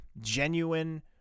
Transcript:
genuine